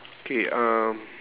K um